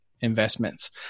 investments